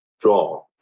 draw